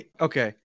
Okay